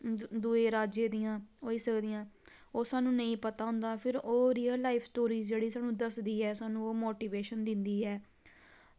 दुए राज्य दियां होई सकदियां ओह् साह्नू नेईं पता होंदा फिर ओह् रेयल लाईफ स्टोरीस जेह्ड़ी साह्नू दसदी ऐ साह्नू ओह् मोटिवेशन दिंदी ऐ